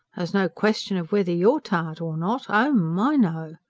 there's no question of whether you're tired or not oh, my, no!